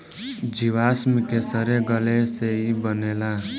जीवाश्म के सड़े गले से ई बनेला